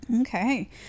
Okay